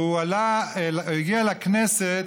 והוא הגיע לכנסת